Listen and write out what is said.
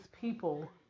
people